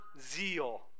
zeal